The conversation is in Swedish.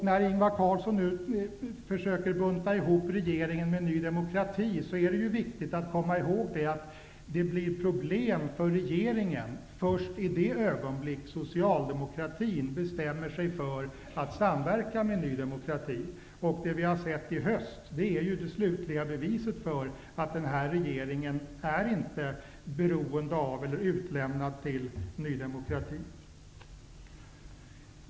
När Ingvar Carlsson nu försöker bunta ihop regeringen med Ny demokrati är det viktigt att komma ihåg att det blir problem för regeringen först i det ögonblick som socialdemokratin bestämmer sig för att samverka med Ny demokrati. Det vi har sett i höst är ju det slutliga beviset för att den här regeringen inte är beroende av eller utlämnad till Ny demokrati.